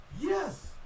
yes